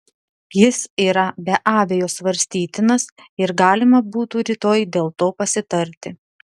jis yra be abejo svarstytinas ir galima būtų rytoj dėl to pasitarti